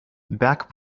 back